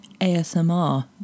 ASMR